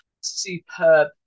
Superb